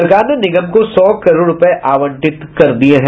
सरकार ने निगम को सौ करोड़ रूपये आवंटित किये हैं